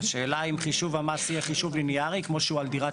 השאלה היא אם חישוב המס יהיה ליניארי כמו על דירת